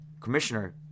Commissioner